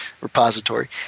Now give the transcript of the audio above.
repository